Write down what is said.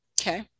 Okay